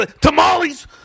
Tamales